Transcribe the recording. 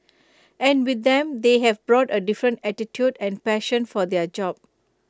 and with them they have brought A different attitude and passion for their job